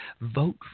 Vote